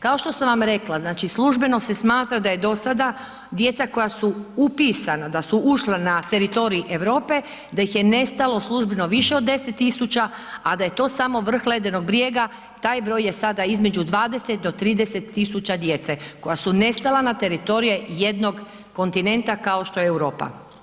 Kao što sam vam rekla, znači službeno se smatra da je dosada djeca koja su upisana da su ušla na teritorij Europe da ih je nestalo službeno više od 10 000, a da je to samo vrh ledenog brijega, taj broj je sada između 20 do 30 000 djece koja su nestala na teritoriju jednog kontinenta kao što je Europa.